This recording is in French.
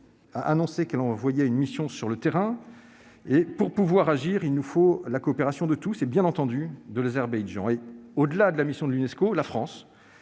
a annoncé qu'elle enverrait une mission sur le terrain. Pour pouvoir agir, il nous faut la coopération de tous et, bien entendu, de l'Azerbaïdjan. Par-delà la mission de l'Unesco, la France